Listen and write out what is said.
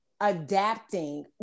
adapting